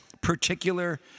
particular